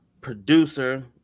producer